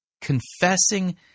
confessing